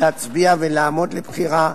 להצביע ולעמוד לבחירה,